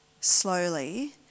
slowly